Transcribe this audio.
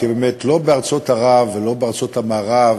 כי באמת לא בארצות ערב ולא בארצות המערב,